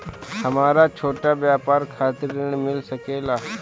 हमरा छोटा व्यापार खातिर ऋण मिल सके ला?